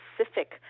specific